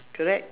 correct